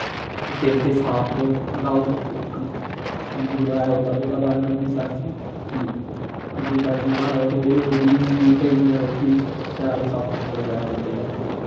ओह् दिल दे साफ उं'दा हून इक मुड़ा ऐ उं'दा ओह्दा नांऽ ऐ गंगू शास्त्री जी गंगू शास्त्री महाराज होर बी स्हेई न ओह् बी शैल सत्संग बगैरा करदे न